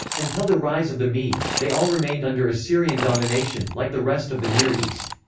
until the rise of the medes, they all remained under assyrian domination, like the rest of the near east.